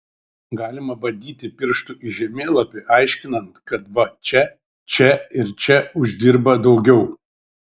galima badyti pirštu į žemėlapį aiškinant kad va čia čia ir čia uždirba daugiau